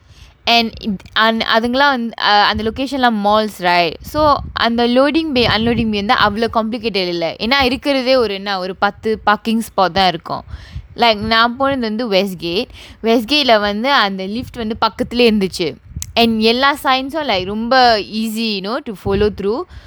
and அதுங்கலான் வந்து அந்த:athungalaan vanthu antha location of malls right so under loading bay unloading bay ந்தா அவ்வளவு:nthaa avvalavu complicated இல்ல ஏன்னா இருக்குறதே ஒரு என்ன ஒரு பத்து:illa enna irukkurathae oru enna oru paththu parking spot தான் இருக்கும்:thaan irukkum like நான் போனது வந்து:naan ponathu vanthu westgate westgate leh வந்து அந்த:vanthu antha lift வந்து பக்கத்துலையே இருந்துச்சி:vanthu pakkathulayae irunthuchchi and எல்லா:ellaa signs உம்:um like ரொம்ப:romba easy you know to follow through